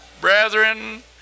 Brethren